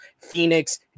Phoenix